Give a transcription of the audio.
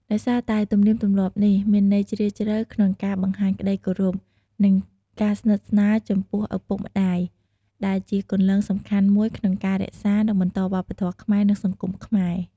ដោយសារតែទំនៀមទម្លាប់នេះ មានន័យជ្រាលជ្រៅក្នុងការបង្ហាញក្តីគោរព និងការស្និទ្ធស្នាលចំពោះឪពុកម្ដាយ ដែលជាគន្លងសំខាន់មួយក្នុងការ រក្សា និងបន្តវប្បធម៌ខ្មែរ និងសង្គមខ្មែរ។